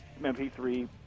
MP3